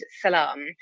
Salam